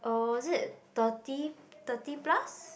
oh is it thirty thirty plus